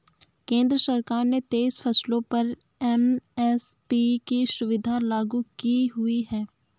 केंद्र सरकार ने तेईस फसलों पर एम.एस.पी की सुविधा लागू की हुई है